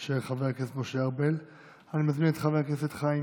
של חבר הכנסת משה ארבל.